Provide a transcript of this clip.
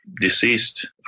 deceased